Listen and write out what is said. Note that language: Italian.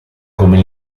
come